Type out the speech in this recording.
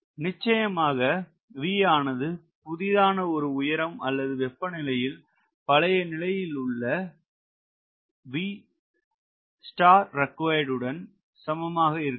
நிச்சயமாக V ஆனது புதிதான ஒரு உயரம் அல்லது வெப்பநிலையில் பழைய நிலையில் உள்ள V தேவை V required உடன் சமமாக இருக்காது